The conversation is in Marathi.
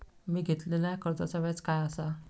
मी घेतलाल्या कर्जाचा व्याज काय आसा?